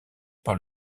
par